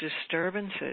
disturbances